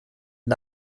den